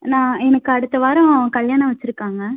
நான் எனக்கு அடுத்த வாரம் கல்யாணம் வச்சிருக்காங்கள்